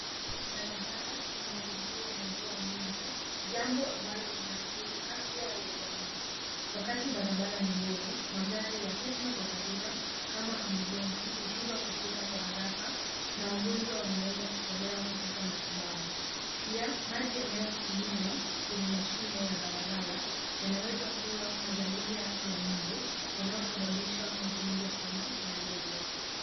Barabara imeharibiwa na mvua nyingi jambo ambalo linathiri afya ya jamii. Wakati barabara ni mbovu, magari ya huduma za dharura kama ambulensi hushindwa kufika kwa haraka na wagonjwa wanaweza kuchelewa kupata matibabu. Pia, maji yanayotumiwa kwenye mashimo ya barabara yanaweza kuwa mazalia ya mbu wanaosababisha magonjwa kama malaria.